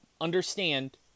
understand